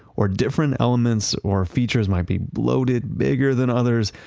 or different elements or features might be bloated bigger than others.